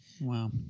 Wow